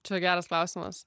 čia geras klausimas